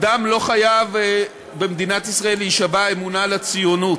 אדם לא חייב במדינת ישראל להישבע אמונים לציונות,